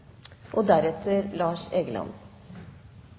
og året deretter,